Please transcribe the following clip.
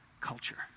culture